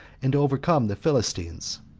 and to overcome the philistines.